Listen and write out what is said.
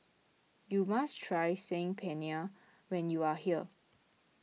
you must try Saag Paneer when you are here